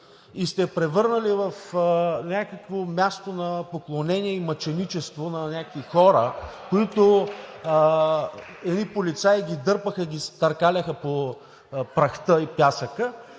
и сте я превърнали в някакво място на поклонение и на мъченичество на някакви хора, които едни полицаи ги дърпаха и ги търкаляха по прахта и пясъка,